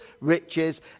riches